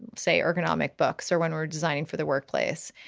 say ergonomic books or when we're designing for the workplace,